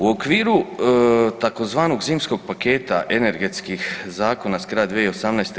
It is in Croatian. U okviru tzv. zimskog paketa energetskih zakona s kraja 2018.